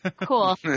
cool